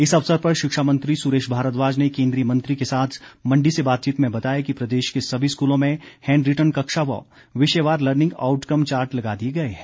इस अवसर पर शिक्षा मंत्री सुरेश भारद्वाज ने केंद्रीय मंत्री के साथ मंडी से बातचीत में बताया कि प्रदेश के सभी स्कूलों में हैंड रिटन कक्षा व विषयवार लर्निंग आउटकम चार्ट लगा दिए गए हैं